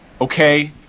okay